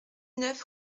neuf